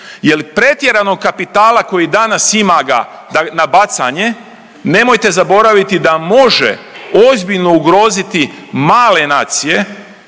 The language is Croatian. pretjeranog kapitala koji danas ima ga na bacanje nemojte zaboraviti da može ozbiljno ugroziti male nacije